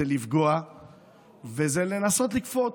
זה לפגוע וזה לנסות לכפות